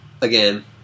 again